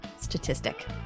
Statistic